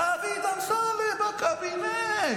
דוד אמסלם בקבינט,